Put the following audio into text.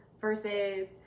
versus